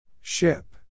Ship